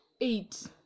eight